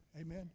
Amen